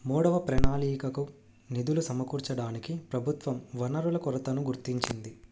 మూడవ ప్రణాళికకు నిధుల సమకూర్చడానికి ప్రభుత్వం వనరుల కొరతను గుర్తించింది